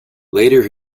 later